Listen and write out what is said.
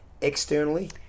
externally